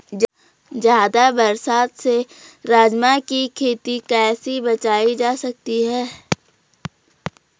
ज़्यादा बरसात से राजमा की खेती कैसी बचायी जा सकती है?